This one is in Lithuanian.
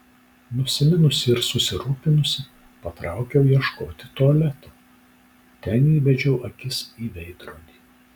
nusiminusi ir susirūpinusi patraukiau ieškoti tualeto ten įbedžiau akis į veidrodį